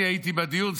אני הייתי בדיון,